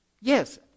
Yes